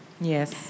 Yes